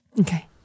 Okay